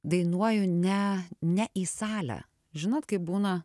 dainuoju ne ne į salę žinot kaip būna